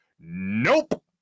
nope